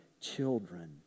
children